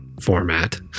format